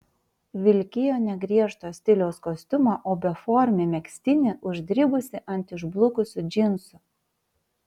vilkėjo ne griežto stiliaus kostiumą o beformį megztinį uždribusį ant išblukusių džinsų